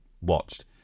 watched